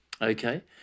Okay